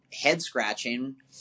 head-scratching